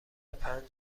پنج